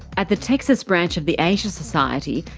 at the texas branch of the asia society,